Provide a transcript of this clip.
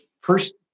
first